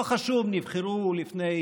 לא חשוב אם נבחרו לפני,